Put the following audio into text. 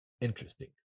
interesting